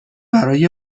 برای